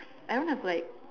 I don't have like